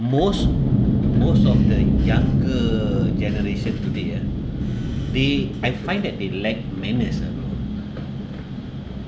most most of the younger generation today ah they I find that they lacked manners ah